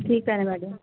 ठीक आहे ना मॅडम